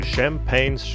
Champagne